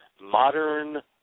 modern